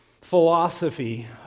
philosophy